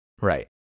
Right